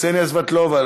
קסניה סבטלובה,